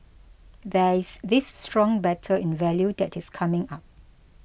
there is this strong battle in value that is coming up